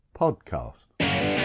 podcast